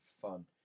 fun